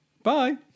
Bye